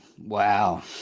Wow